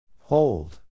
Hold